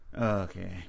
Okay